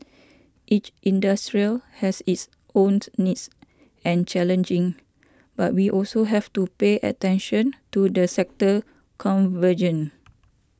each industry has its own needs and challenges but we also have to pay attention to the sector convergen